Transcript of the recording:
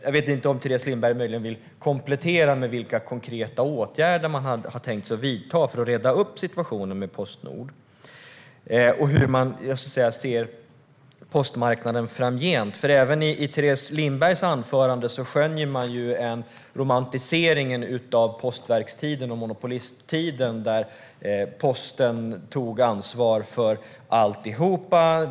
Kanske vill Teres Lindberg komplettera med vilka konkreta åtgärder man har tänkt att vidta för att reda upp situationen med Postnord och hur man ser på postmarknaden framgent. I Teres Lindbergs anförande skönjer man en romantisering av tiden med Postverkets monopol, då Postverket tog ansvar för allt.